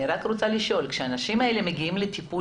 אני רק רוצה לשאול: כשהאנשים האלה מגיעים לטיפול